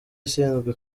ishinzwe